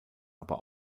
aber